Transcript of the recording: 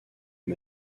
eux